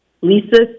Lisa